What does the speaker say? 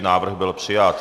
Návrh byl přijat.